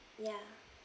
yeah